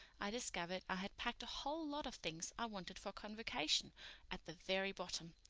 i discovered i had packed a whole lot of things i wanted for convocation at the very bottom.